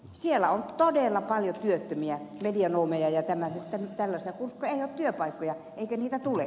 siellä on todella paljon työttömiä medianomeja ja tällaisia koska ei ole työpaikkoja eikä niitä tule